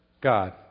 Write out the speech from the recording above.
God